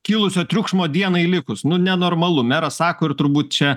kilusio triukšmo dienai likus nu nenormalu meras sako ir turbūt čia